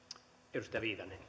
arvoisa